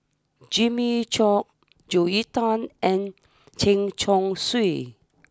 Jimmy Chok Joel Tan and Chen Chong Swee